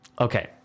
Okay